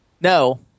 No